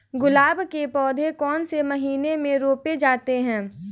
गुलाब के पौधे कौन से महीने में रोपे जाते हैं?